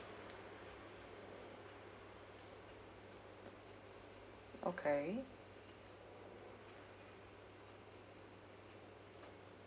okay